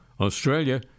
Australia